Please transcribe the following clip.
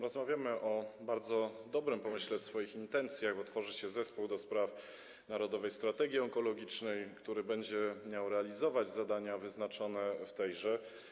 Rozmawiamy o bardzo dobrym pomyśle w swoich intencjach, bo tworzy się Zespół do spraw Narodowej Strategii Onkologicznej, który będzie realizować zadania wyznaczone w tejże.